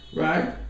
right